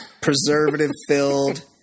Preservative-filled